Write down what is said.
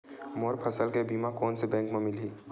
मोर फसल के बीमा कोन से बैंक म मिलही?